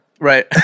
Right